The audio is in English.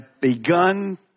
begun